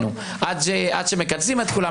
עד שמכנסים את כולם,